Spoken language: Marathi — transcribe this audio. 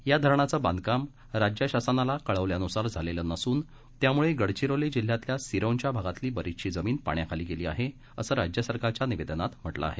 या धरणाचं बांधकाम राज्यशासनाला कळवल्यानुसार झालेलं नसून त्यामुळे गडचिरोली जिल्ह्यातल्या सिरोंचा भागातली बरीचशी जमीन पाण्याखाली गेली आहे असं राज्यसरकारच्या निवेदनात म्हटलं आहे